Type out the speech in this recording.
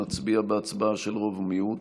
נצביע בהצבעה של רוב ומיעוט.